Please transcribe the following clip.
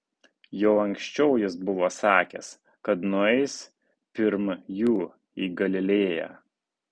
jau anksčiau jis buvo sakęs kad nueis pirm jų į galilėją